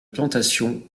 plantations